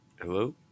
Hello